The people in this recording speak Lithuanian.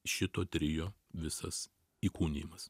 šito trio visas įkūnijimas